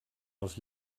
els